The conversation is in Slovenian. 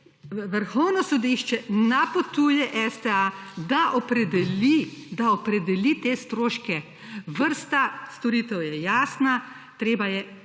Vrhovno sodišče napotuje STA, da opredeli te stroške. Vrsta storitev je jasna, treba je